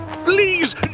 Please